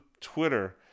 Twitter